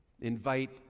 invite